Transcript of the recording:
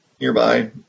Nearby